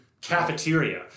cafeteria